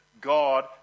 God